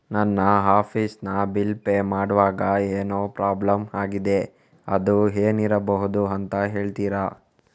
ನನ್ನ ಆಫೀಸ್ ನ bill pay ಮಾಡ್ವಾಗ ಏನೋ ಪ್ರಾಬ್ಲಮ್ ಆಗಿದೆ ಅದು ಏನಿರಬಹುದು ಅಂತ ಹೇಳ್ತೀರಾ?